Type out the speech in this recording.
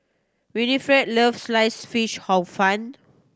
Winnifred loves Sliced Fish Hor Fun